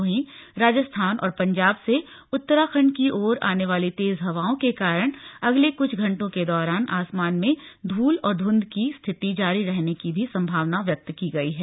वहीं राजस्थान और पंजाब से उत्तराखंड की ओर आने वाली तेज़ हवाओं के कारण अगले कुछ घंटों के दौरान आसमान में धूल और धुंध की स्थिति जारी रहने की संभावना व्यक्त की है